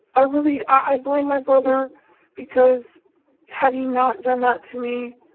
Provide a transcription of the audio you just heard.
i really, i blame my brother because had he not done that to me,